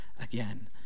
again